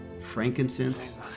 frankincense